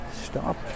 stop